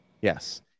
Yes